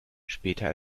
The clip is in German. später